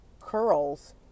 curls